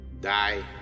Die